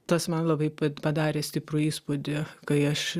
tas man labai padarė stiprų įspūdį kai aš